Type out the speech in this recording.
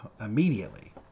immediately